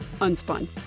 Unspun